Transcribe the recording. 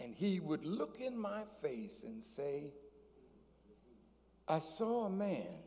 and he would look in my face and say i saw a man